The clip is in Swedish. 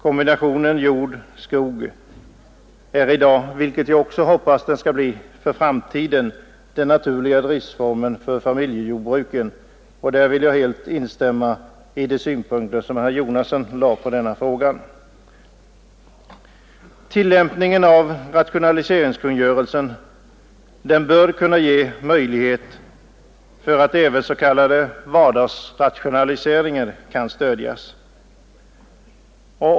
Kombinationen jord—skog är i dag, vilket jag hoppas den skall bli också för framtiden, den naturliga driftformen för familjejordbruken; därvidlag vill jag helt instämma i de synpunkter som herr Jonasson anlade. Tillämpningen av rationaliseringskungörelsen bör kunna tillåta att även s.k. vardagsrationaliseringar kan stödjas.